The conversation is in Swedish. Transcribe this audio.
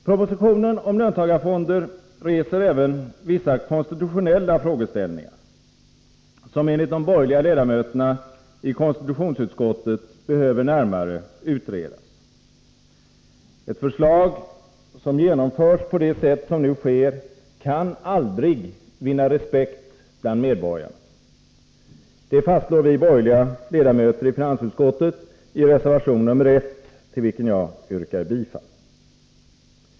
Propositionen om löntagarfonder reser även vissa konstitutionella frågeställningar, som enligt de borgerliga ledamöterna i konstitutionsutskottet behöver närmare utredas. Ett förslag som genomförs på det sätt som nu sker kan aldrig vinna respekt bland medborgarna, fastslår vi borgerliga ledamöter i finansutskottet i reservation nr 1, till vilken jag yrkar bifall.